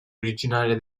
originaria